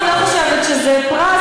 אני לא חושבת שזה פרס,